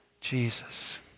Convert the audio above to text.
Jesus